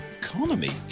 economy